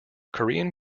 korean